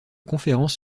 conférences